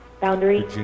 Boundary